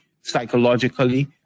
psychologically